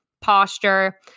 posture